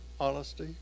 honesty